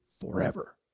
forever